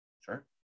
Sure